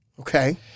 Okay